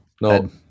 No